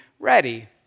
ready